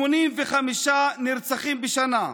85 נרצחים בשנה,